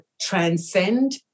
transcend